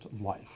life